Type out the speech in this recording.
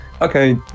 Okay